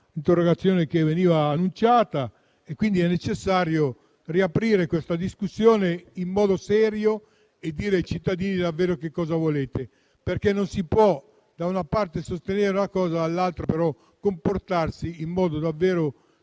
l'interrogazione che veniva annunciata. È necessario riaprire questa discussione in modo serio e dire ai cittadini che cosa volete davvero. Non si può, da una parte, sostenere una cosa e, dall'altra, comportarsi in modo davvero